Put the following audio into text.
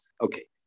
Okay